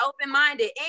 open-minded